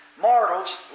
Mortals